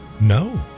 no